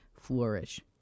flourish